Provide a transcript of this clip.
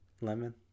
Lemon